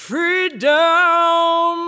Freedom